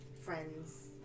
friends